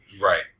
Right